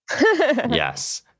Yes